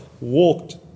walked